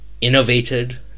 Innovated